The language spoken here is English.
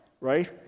right